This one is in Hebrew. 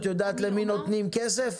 את יודעת למי נותנים כסף?